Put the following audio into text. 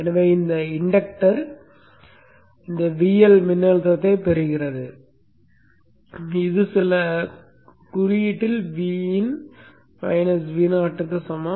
எனவே இந்த மின்இன்டக்டர் இந்த VL மின்னழுத்தத்தைப் பெறுகிறது இது சில குறியீட்டில் Vin Vo க்கு சமம்